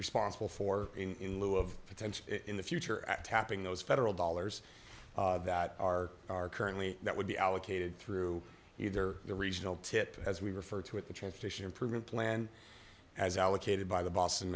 responsible for in lieu of potential in the future at tapping those federal dollars that are currently that would be allocated through either the regional tip as we refer to it the transportation improvement plan as allocated by the boston